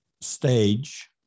stage